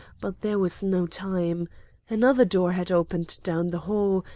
but there was no time another door had opened down the hall,